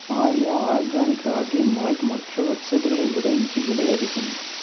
Arya organic ragi malt மற்ற வெப்சைட்டுகளை விட இங்கே விலை அதிகம்